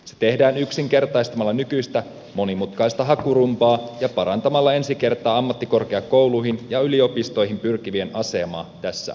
se tehdään yksinkertaistamalla nykyistä monimutkaista hakurumbaa ja parantamalla ensi kertaa ammattikorkeakouluihin ja yliopistoihin pyrkivien asemaa tässä hakuprosessissa